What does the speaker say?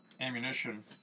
ammunition